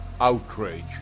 outrage